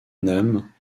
name